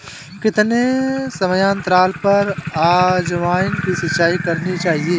कितने समयांतराल पर अजवायन की सिंचाई करनी चाहिए?